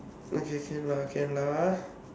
okay can lah can lah ah